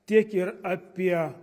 tiek ir apie